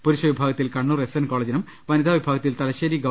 പുരുഷ വിഭാ ഗത്തിൽ ക്ണ്ണൂർ എസ്എൻ കോളജിനും വനിതാവിഭാഗത്തിൽ തലശ്ശേരി ഗ്വ